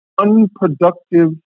unproductive